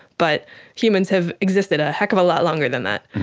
but humans have existed a heck of a lot longer than that.